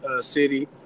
city